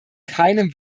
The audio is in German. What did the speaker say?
keinem